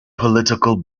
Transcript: political